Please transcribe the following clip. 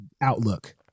outlook